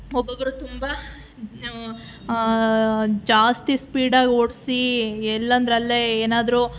ಒಬ್ಬೊಬ್ಬರು ತುಂಬ ಜಾಸ್ತಿ ಸ್ಪೀಡಾಗಿ ಓಡಿಸಿ ಎಲ್ಲಂದರಲ್ಲೇ ಏನಾದರೂ